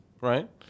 right